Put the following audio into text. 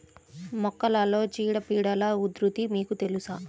మొక్కలలో చీడపీడల ఉధృతి మీకు తెలుసా?